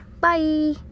Bye